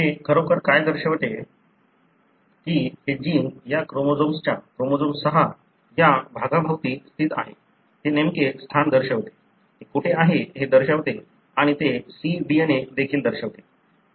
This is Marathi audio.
हे खरोखर काय दर्शवते की हे जीन या क्रोमोझोमच्या क्रोमोझोम 6 या भागाभोवती स्थित आहे ते नेमके स्थान दर्शवते ते कुठे आहे हे दर्शवते आणि ते cDNA देखील दर्शवते